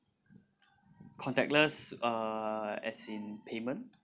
contactless uh as in payment